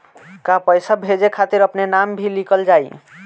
का पैसा भेजे खातिर अपने नाम भी लिकल जाइ?